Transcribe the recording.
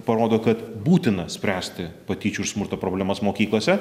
parodo kad būtina spręsti patyčių ir smurto problemas mokyklose